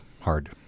hard